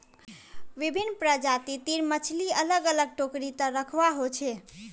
विभिन्न प्रजाति तीर मछली अलग अलग टोकरी त रखवा हो छे